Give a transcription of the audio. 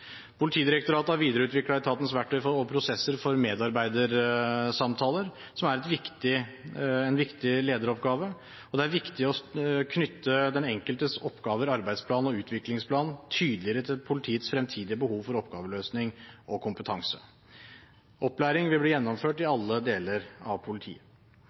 Politidirektoratet har videreutviklet etatens verktøy og prosesser for medarbeidersamtaler – som er en viktig lederoppgave – og det er viktig å knytte den enkeltes oppgaver, arbeidsplan og utviklingsplan tydeligere til politiets fremtidige behov for oppgaveløsning og kompetanse. Opplæring vil bli gjennomført i alle deler av politiet.